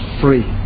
free